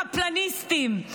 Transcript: מקפלניסטים,